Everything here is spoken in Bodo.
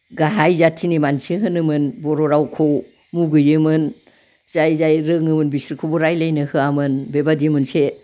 गाहाय जाथिनि मानसि होनोमोन बर' रावखौ मुगैयोमोन जाय जाय रोङोमोन बिसोरखौबो रायज्लायनो होआमोन बेबायदि मोनसे